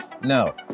No